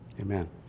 amen